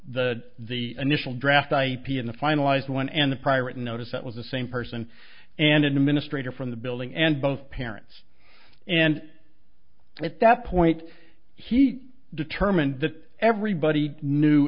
the the initial draft ip and the finalized one and the prior to notice that was the same person an administrator from the building and both parents and if that point he determined that everybody knew